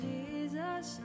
Jesus